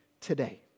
today